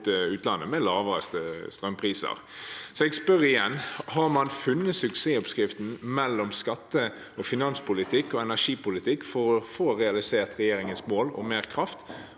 utlandet. Jeg spør igjen: Har man funnet suksessoppskriften mellom skatte- og finanspolitikk og energipolitikk for å få realisert regjeringens mål om mer kraft